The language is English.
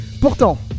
Pourtant